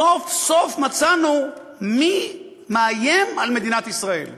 סוף-סוף מצאנו מי מאיים על מדינת ישראל.